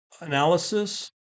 analysis